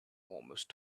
almost